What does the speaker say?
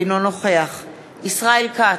אינו נוכח ישראל כץ,